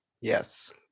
Yes